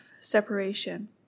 separation